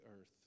earth